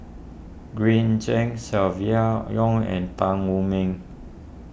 Green Zeng Silvia Yong and Tan Wu Meng